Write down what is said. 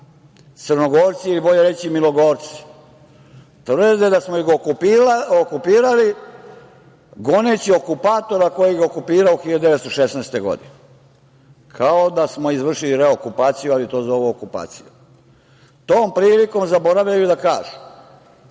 Crnogorci ili bolje reći Milogorci, tvrde da smo ih okupirali, goneći okupatora koji ga je okupirao 1916. godine, kao da smo izvršili reokupaciju, ali to zovu okupacijom. Tom prilikom zaboravljaju da kažu,